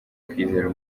kwizera